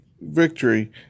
victory